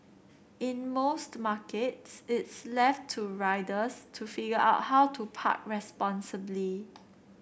in most markets it's left to riders to figure out how to park responsibly